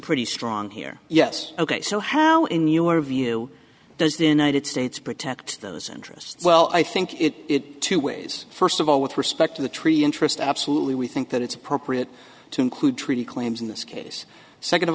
pretty strong here yes ok so how in your view does the united states protect those interests well i think it two ways first of all with respect to the tree interest absolutely we think that it's appropriate to include treaty claims in this case second of